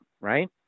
Right